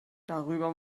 darüber